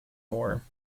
more